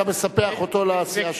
אתה מספח אותו לסיעה.